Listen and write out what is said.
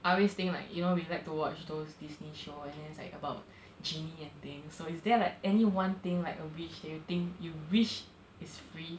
I always think like you know we like to watch those Disney show and then it's like about genie and thing so is there like any one thing like a wish do you think you wish is free